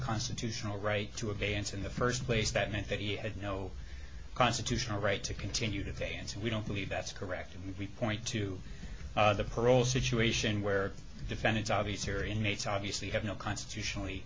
constitutional right to advance in the st place that meant that he had no constitutional right to continue to advance we don't believe that's correct and we point to the parole situation where defendants obvious here inmates obviously have no constitutionally